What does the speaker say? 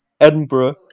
Edinburgh